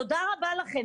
תודה רבה לכם.